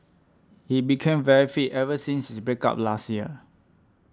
he became very fit ever since his break up last year